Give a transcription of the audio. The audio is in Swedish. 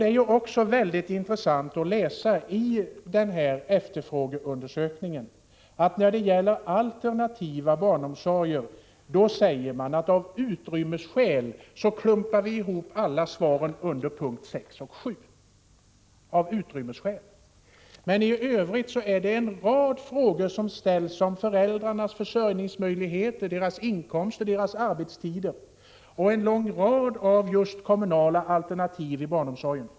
Det är också mycket intressant att läsa i efterfrågeundersökningen att man när det gäller alternativ barnomsorg säger att svaren av utrymmesskäl klumpas ihop under punkt 6 och 7. Men i övrigt är det en rad frågor som ställs om föräldrarnas försörjningsmöjligheter, deras inkomster och arbetstider osv. samt en lång rad frågor om just kommunala alternativ inom barnomsorgen.